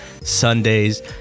Sundays